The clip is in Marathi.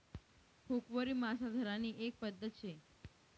हुकवरी मासा धरानी एक पध्दत शे